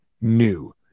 new